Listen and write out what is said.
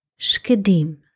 Shkedim